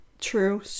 true